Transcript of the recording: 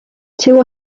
two